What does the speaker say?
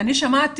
שלא נחשוב